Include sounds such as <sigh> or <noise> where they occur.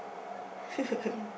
<laughs>